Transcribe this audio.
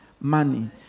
money